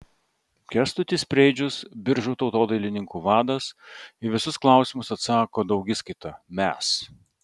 kęstutis preidžius biržų tautodailininkų vadas į visus klausimus atsako daugiskaita mes